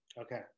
Okay